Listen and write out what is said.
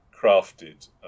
crafted